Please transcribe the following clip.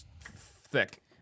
thick